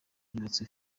yubatswe